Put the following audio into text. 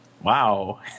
wow